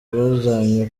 bajanywe